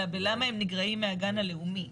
אלא בלמה הם נגרעים מהגן הלאומי.